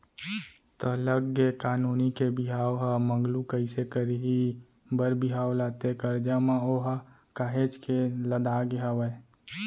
त लग गे का नोनी के बिहाव ह मगलू कइसे करही बर बिहाव ला ते करजा म ओहा काहेच के लदागे हवय